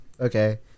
okay